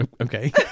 okay